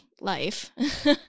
life